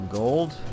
gold